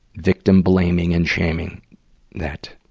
victim blaming and shaming that,